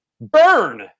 Burn